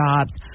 jobs